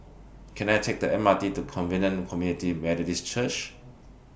Can I Take The M R T to Covenant Community Methodist Church